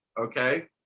okay